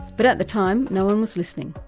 but at the time no-one was listening.